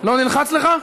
לא נלחץ לך?